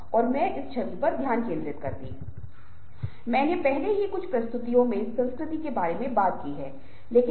यह लीक body language के माध्यम से भाषण के माध्यम से आंखों के संपर्क को बनाए रखने या न बनाए रखने के माध्यम से कई तरीके से हो सकते हैं